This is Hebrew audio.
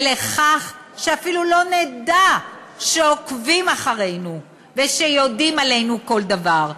ולכך שאפילו לא נדע שעוקבים אחרינו ושיודעים עלינו כל דבר.